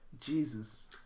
Jesus